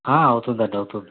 అవుతుదండి అవుతుంది